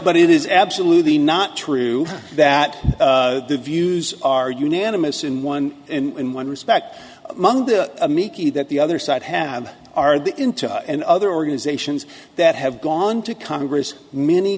but it is absolutely not true that the views are unanimous in one in one respect among a mickey that the other side have are that into and other organizations that have gone to congress many